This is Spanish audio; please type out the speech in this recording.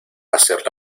hacer